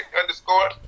underscore